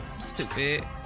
Stupid